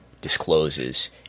discloses